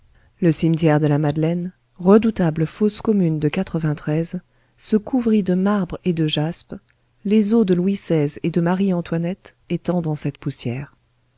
le cimetière de la madeleine redoutable fosse commune de se couvrit de marbre et de jaspe les os de louis xvi et de marie-antoinette étant dans cette poussière